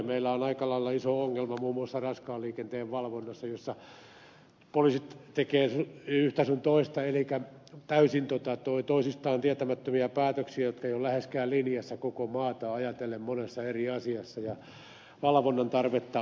meillä on aika lailla iso ongelma muun muassa raskaan liikenteen valvonnassa jossa poliisit tekevät yhtä sun toista elikkä täysin toisistaan tietämättömiä päätöksiä jotka eivät ole läheskään linjassa koko maata ajatellen monessa eri asiassa ja valvonnan tarvetta olisi